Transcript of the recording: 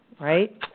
right